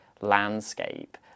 landscape